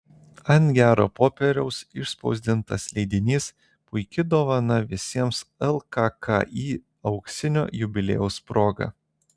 ant gero popieriaus išspausdintas leidinys puiki dovana visiems lkki auksinio jubiliejaus proga